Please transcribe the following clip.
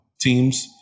teams